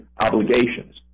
obligations